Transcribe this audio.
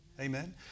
Amen